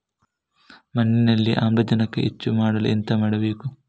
ಮಣ್ಣಿನಲ್ಲಿ ಆಮ್ಲಜನಕವನ್ನು ಹೆಚ್ಚು ಮಾಡಲು ಎಂತ ಮಾಡಬೇಕು?